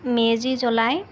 মেজি জ্বলাই